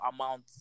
amount